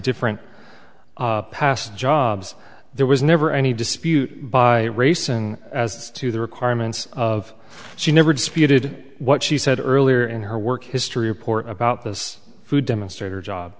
different past jobs there was never any dispute by grayson as to the requirements of she never disputed what she said earlier in her work history report about this food demonstrator job